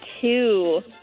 two